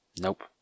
Nope